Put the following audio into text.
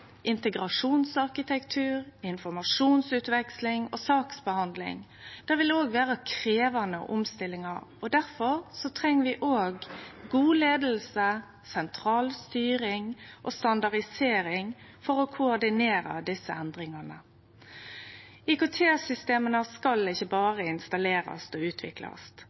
integrasjonsarkitektur, informasjonsutveksling og saksbehandling. Det vil vere krevjande omstillingar, og derfor treng vi òg god leiing, sentral styring og standardisering for å koordinere desse endringane. IKT-systema skal ikkje berre installerast og utviklast;